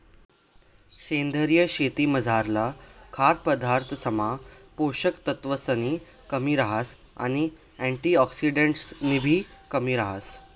सेंद्रीय शेतीमझारला खाद्यपदार्थसमा पोषक तत्वसनी कमी रहास आणि अँटिऑक्सिडंट्सनीबी कमी रहास